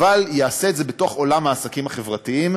אבל יעשו את זה בתוך עולם העסקים החברתיים,